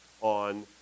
on